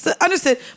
Understood